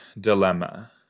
dilemma